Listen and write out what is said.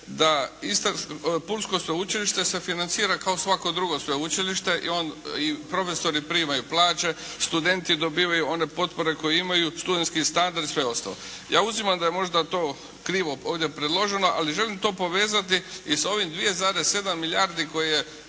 da Pulsko sveučilište se financira kao svako drugo sveučilište i profesori primaju plaće, studenti dobivaju one potpore koje imaju, studentski standard i sve ostalo. Ja uzimam da je možda to ovdje krivo predloženo ali želim to povezati i sa ovim 2,7 milijardi koje